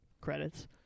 credits